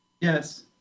Yes